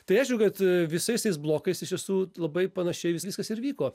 tai aišku kad visais tais blokais iš tiesų labai panašiai vis viskas ir vyko